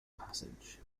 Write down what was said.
passage